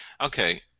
Okay